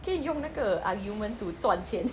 可以用那个 argument to 赚钱